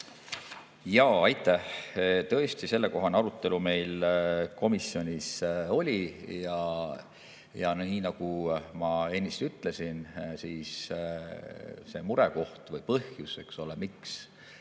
Aitäh! Tõesti, sellekohane arutelu meil komisjonis oli. Nii nagu ma ennist ütlesin, siis see murekoht või põhjus, miks